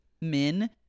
min